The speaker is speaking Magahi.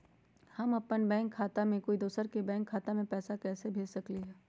हम अपन बैंक खाता से कोई दोसर के बैंक खाता में पैसा कैसे भेज सकली ह?